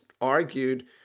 argued